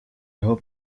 hope